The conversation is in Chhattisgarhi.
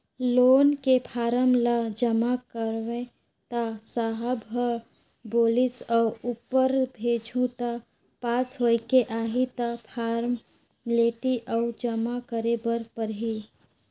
लोन के फारम ल जमा करेंव त साहब ह बोलिस ऊपर भेजहूँ त पास होयके आही त फारमेलटी अउ जमा करे बर परही